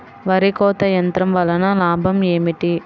వరి కోత యంత్రం వలన లాభం ఏమిటి?